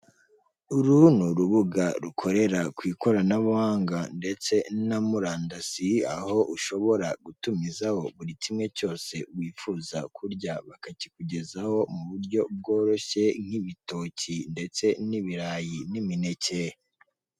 Uru ni urubuga rukorera ku ikoranabuhanga ndetse na murandasi aho ushobora gutumiza burii kimwe cyose wiguza kurya bakakikugezaho mu buryo bworonshye nk'ibirayi n'ibitoki ndetse n'imineke.